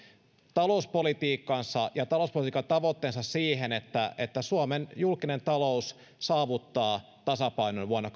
talouspolitiikkansa ja talouspolitiikan tavoitteensa siihen että että suomen julkinen talous saavuttaa tasapainon vuonna